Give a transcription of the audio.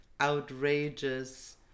outrageous